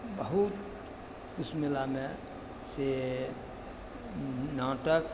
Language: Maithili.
बहुत उस मेलामे से नाटक